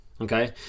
Okay